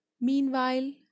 Meanwhile